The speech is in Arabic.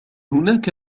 هناك